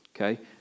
Okay